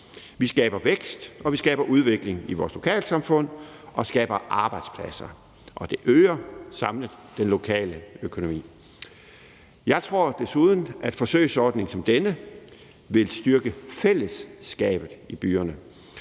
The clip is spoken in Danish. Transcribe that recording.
Vi skaber vækst og udvikling i vores lokalsamfund, og vi skaber arbejdspladser. Og det øger samlet den lokale økonomi. Jeg tror desuden, at en forsøgsordning som denne vil styrke fællesskabet i byerne.